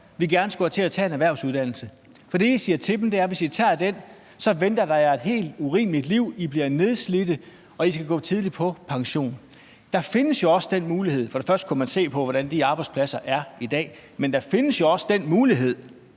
vi gerne skulle have til at tage en erhvervsuddannelse, for det, I siger til dem, er: Hvis I tager den, venter der jer et helt urimeligt liv; I bliver nedslidt, og I skal gå tidligt på pension. Først og fremmest kunne man se på, hvordan de arbejdspladser er i dag, men der findes jo også den mulighed,